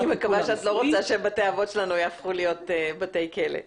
אני מקווה שאת לא רוצה שבתי האבות שלנו יהפכו להיות בתי כלא.